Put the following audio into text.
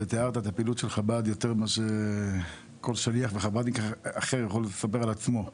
של חב"ד יותר טוב ממה שכל שליח וחב"דניק אחר יכול לספר על עצמו.